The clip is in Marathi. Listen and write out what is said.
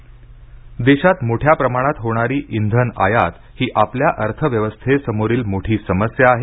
इंधन गडकरी देशात मोठ्या प्रमाणात होणारी इंधन आयात ही आपल्या अर्थव्यवस्थेसमोरील मोठी समस्या आहे